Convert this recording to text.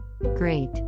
Great